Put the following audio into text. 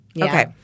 Okay